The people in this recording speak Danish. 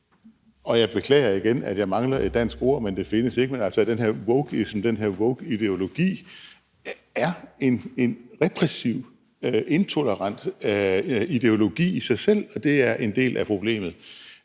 og jeg beklager igen, at jeg mangler et dansk ord, men det findes ikke – wokeisme, den her wokeideologi, i sig selv er en repressiv og intolerant ideologi, og at det er en del af problemet.